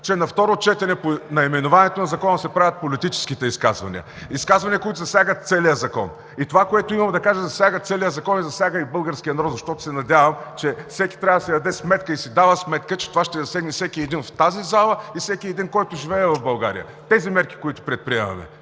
На второ четене по наименованието на Закона се правят политическите изказвания – изказванията, които засягат целия закон. Това, което имам да кажа, засяга целия закон, засяга и българския народ, защото се надявам, че всеки трябва да си даде сметка и си дава сметка, че това ще засегне всеки един в тази зала и всеки един, който живее в България – тези мерки, които предприемаме.